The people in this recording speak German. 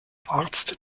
arzt